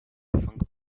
funk